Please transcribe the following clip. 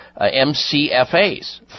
MCFA's